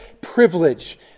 privilege